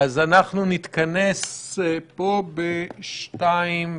אז אנחנו נתכנס פה ב-14:40.